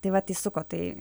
tai vat įsuko tai